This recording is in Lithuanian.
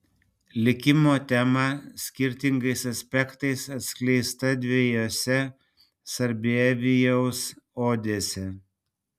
likimo tema skirtingais aspektais atskleista dviejose sarbievijaus odėse